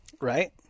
Right